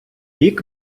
рік